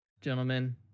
gentlemen